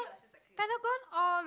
Pentagon all